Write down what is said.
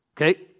okay